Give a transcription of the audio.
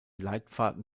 leitfaden